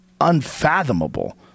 unfathomable